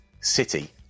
City